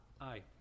Aye